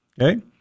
Okay